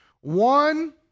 One